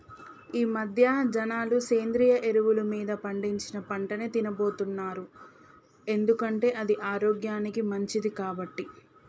ఈమధ్య జనాలు సేంద్రియ ఎరువులు మీద పండించిన పంటనే తిన్నబోతున్నారు ఎందుకంటే అది ఆరోగ్యానికి మంచిది కాబట్టి